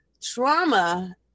trauma